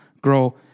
grow